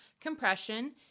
compression